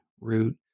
root